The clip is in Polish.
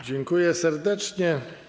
Dziękuję serdecznie.